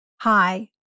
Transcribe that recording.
Hi